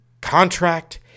contract